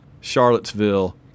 Charlottesville